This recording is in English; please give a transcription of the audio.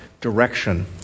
direction